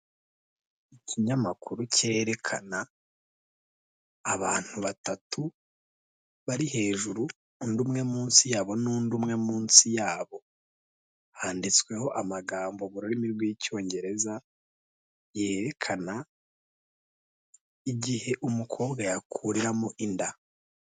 Ikinyamakuru cyerekana, abantu batatu bari hejuru, undi umwe munsi yabo n'undi umwe munsi yabo, handitsweho amagambo mu rurimi rw'Icyongereza, yerekana igihe umukobwa yakuriramo inda.